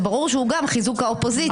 זה ברור שהוא גם חיזוק האופוזיציה.